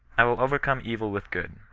i will overcome evil with good.